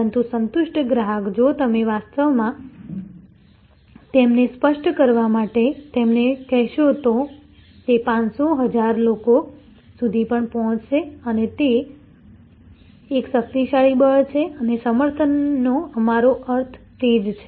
પરંતુ સંતુષ્ટ ગ્રાહક જો તમે વાસ્તવમાં તેમને સ્પષ્ટ કરવા માટે તેમને કહેશો તો તે 500 1000 લોકો સુધી પણ પહોંચશે અને તે એક શક્તિશાળી બળ છે અને સમર્થનનો અમારો અર્થ તે જ છે